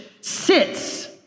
sits